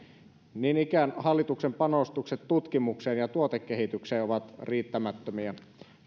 niin ikään hallituksen panostukset tutkimukseen ja tuotekehitykseen ovat riittämättömiä